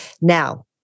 Now